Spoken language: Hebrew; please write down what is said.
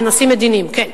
בנושאים מדיניים, כן.